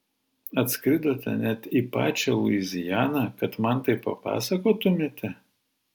atskridote net į pačią luizianą kad man tai papasakotumėte